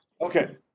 Okay